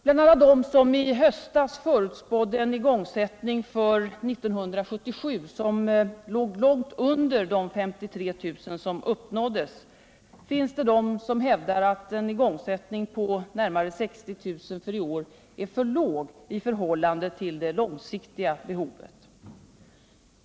Bland alla dem som i höstas förutspådde en igångsättning för 1977 som låg långt under de 53 000 som uppnåddes finns det de som hävdar att en igångsättning på närmare 60 000 för i år är för låg i förhållande till det långsiktiga behovet.